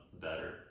better